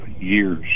years